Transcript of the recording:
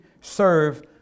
serve